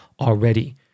already